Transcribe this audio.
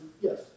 yes